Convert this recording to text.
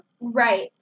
Right